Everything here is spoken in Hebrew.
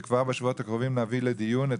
וכבר בשבועות הקרובים נביא לדיון את